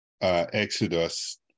Exodus